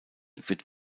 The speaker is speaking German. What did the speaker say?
wird